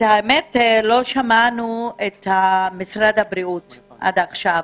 לא שמענו את משרד הבריאות עד עכשיו.